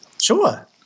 Sure